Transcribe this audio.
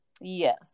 Yes